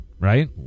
right